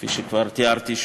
כפי שכבר תיארתי,